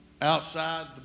outside